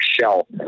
shell